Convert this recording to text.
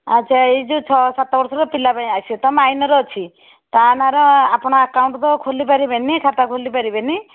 ଆଚ୍ଛା ଏ ଯେଉଁ ଛଅ ସାତ ବର୍ଷର ପିଲାପାଇଁ ତ ମାଇନ୍ର ଅଛି ତା ନାଁର ଆପଣ ଆକାଉଣ୍ଟ ତ ଖୋଲିପାରିବେନି ଖାତା ଖୋଲି ପାରିବେନି